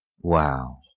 Wow